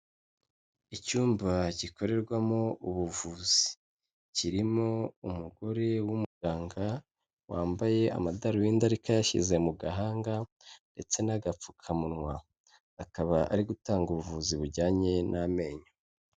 Icyumba gikorerwamo ubuvuzi, kirimo umugore w'umuganga, wambaye amadarubindi ariko ayashyize mu gahanga ndetse n'agapfukamunwa, akaba ari gutanga ubuvuzi bujyanye n'amenyo.